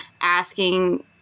asking